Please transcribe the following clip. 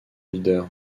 leader